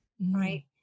right